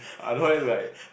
I don't have to like